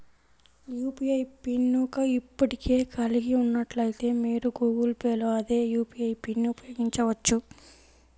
UPI pin ను ఇప్పటికే కలిగి ఉన్నట్లయితే, మీరు గూగుల్ పే లో అదే యూ.పీ.ఐ పిన్ను ఉపయోగించవచ్చు